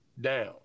down